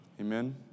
Amen